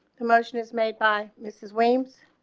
the motion is made by mrs williams.